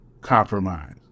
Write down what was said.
Compromise